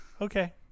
Okay